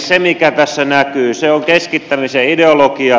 se mikä tässä näkyy on keskittämisen ideologia